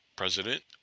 president